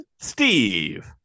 Steve